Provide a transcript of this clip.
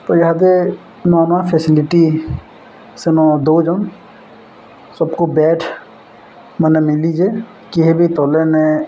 ତ ଏହାଦେ ନୂଆ ନୂଆ ଫ୍ୟାସିଲିଟି ସେନ ଦେଉଛନ୍ ସବୁକୁ ବେଡ଼ମାନେ ମିଳିଯାଏ କିଏ ବି ତଲେ ନାଇଁ